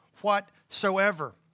whatsoever